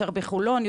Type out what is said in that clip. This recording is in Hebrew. יותר בחולון,